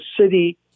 city